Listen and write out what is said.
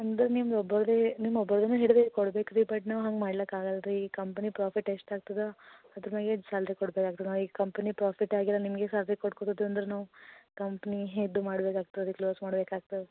ಅಂದ್ರೆ ನಿಮ್ದು ಒಬ್ಬೊರದೇ ನಿಮ್ಮ ಒಬ್ಬೊರದೇ ಹಿಡ್ದು ಹಿಡ್ದು ಕೊಡ್ಬೇಕು ರೀ ಬಟ್ ನಾವು ಹಂಗೆ ಮಾಡ್ಲಕೆ ಆಗಲ್ಲ ರೀ ಈ ಕಂಪ್ನಿ ಪ್ರಾಫಿಟ್ ಎಷ್ಟು ಆಗ್ತದೆ ಅದ್ರ ಮೇಗೆ ಸ್ಯಾಲ್ರೀ ಕೊಡ್ಬೇಕು ಆಗ್ತದೆ ನಾವು ಈಗ ಕಂಪೆನಿ ಪ್ರಾಫಿಟ್ ಆಗಿಲ್ಲ ನಿಮಗೆ ಸ್ಯಾಲ್ರಿ ಕೊಟ್ಟು ಕೊಡದು ಅಂದ್ರೆ ನಾವು ಕಂಪ್ನಿ ಹೆಡ್ ಮಾಡ್ಬೇಕು ಆಗ್ತದೆ ಕ್ಲೋಸ್ ಮಾಡ್ಬೇಕು ಆಗ್ತದೆ